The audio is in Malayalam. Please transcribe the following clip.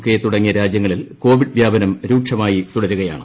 കെ തുടങ്ങിയ രാജ്യങ്ങളിൽ കോവിഡ് വ്യാപനം രൂക്ഷ്മായി തുടരുകയാണ്